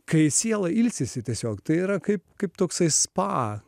kai siela ilsisi tiesiog tai yra kaip kaip toksai spa